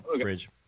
bridge